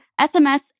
SMS